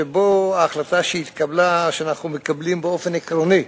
וההחלטה היא שאנחנו מקבלים באופן עקרוני,